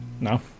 no